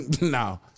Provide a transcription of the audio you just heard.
No